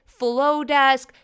FlowDesk